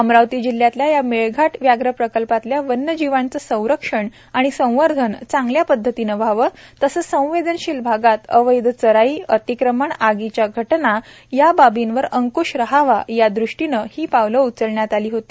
अमरावती जिल्ह्यातल्या या मेळघाट व्याघ्र प्रकल्पातल्या वन्यजीवांचे संरक्षण आणि संवर्धन चांगल्या पद्धतीने व्हावं तसंच संवेदनशील भागात अवैध चराई अतिक्रमण आगीच्या घटना या बाबीवर अंकृश राहावा या दृष्टीनं ही पावलं उचलण्यात आली आहेत